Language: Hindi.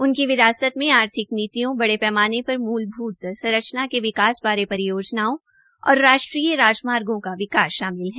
उनकी विरासत में आर्थिक नीतियों बड़े पैमाने पर मूलभूत संरच्ना के विकास बारे परियोजनाओं और राष्ट्रीय राजमार्गो का विकास शामिल है